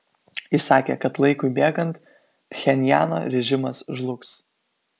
jis sakė kad laikui bėgant pchenjano režimas žlugs